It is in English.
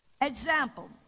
Example